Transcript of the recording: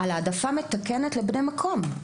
על העדפה מתקנת לבני מקום.